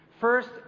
First